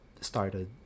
started